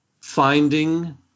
finding